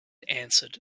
answered